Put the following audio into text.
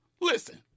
Listen